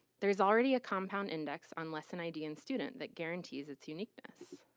there's already a compound index on lesson id and student that guarantees it's uniqueness.